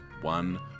one